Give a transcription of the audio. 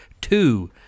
two